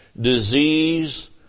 disease